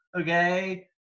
okay